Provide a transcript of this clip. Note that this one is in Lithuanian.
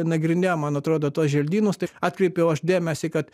nagrinėjom man atrodo tuos želdynus tai atkreipiau aš dėmesį kad